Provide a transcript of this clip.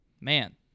man